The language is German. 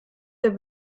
der